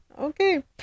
Okay